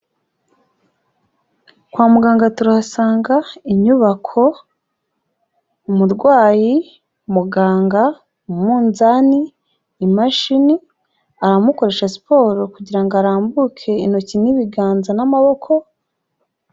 Kwa muganga turahasanga inyubako, umurwayi, muganga, umunzani, imashini, aramukoresha siporo kugira ngo arambuke intoki n'ibiganza n'amaboko.